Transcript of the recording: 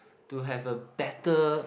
to have a better